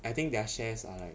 I think their shares are like